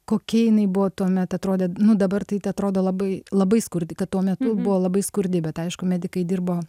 kokia jinai buvo tuomet atrodė nu dabar tai atrodo labai labai skurdi kad tuo metu buvo labai skurdi bet aišku medikai dirbo